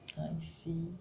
I see